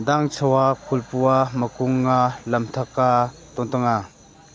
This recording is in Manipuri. ꯗꯥꯡꯁꯋꯥ ꯄꯨꯜꯄꯨꯋꯥ ꯃꯀꯨꯝꯉꯥ ꯂꯝꯊꯛꯀꯥ ꯇꯣꯟꯇꯣꯉꯥ